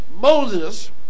Moses